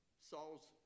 Saul's